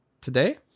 Today